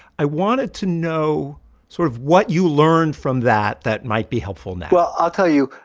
i wanted to know sort of what you learned from that that might be helpful now well, i'll tell you.